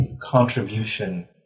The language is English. Contribution